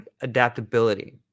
adaptability